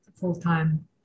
full-time